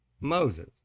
Moses